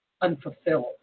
unfulfilled